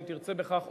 אם תרצה בכך,